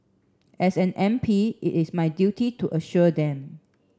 as an M P it is my duty to assure them